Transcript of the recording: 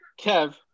Kev